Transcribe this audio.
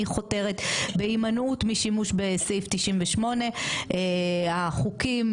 חותרת בהימנעות בשימוש בסעיף 98. החוקים,